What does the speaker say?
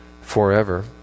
forever